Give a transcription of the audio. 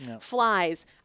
flies